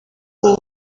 ubu